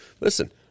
Listen